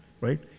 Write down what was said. right